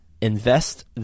invest